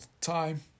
time